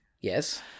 yes